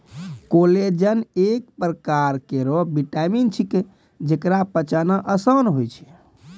collagen एक परकार केरो विटामिन छिकै, जेकरा पचाना आसान होय छै